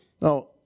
Now